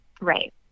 Right